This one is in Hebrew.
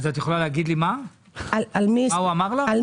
אז את יכולה להגיד לי מה אמר לך מנכ"ל משרד הכלכלה?